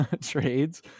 trades